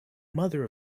mother